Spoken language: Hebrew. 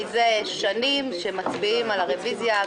מזה שנים הוא שמצביעים על הרוויזיה,